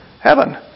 heaven